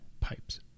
pipes